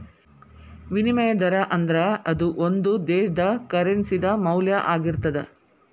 ವಿನಿಮಯ ದರಾ ಅಂದ್ರ ಅದು ಒಂದು ದೇಶದ್ದ ಕರೆನ್ಸಿ ದ ಮೌಲ್ಯ ಆಗಿರ್ತದ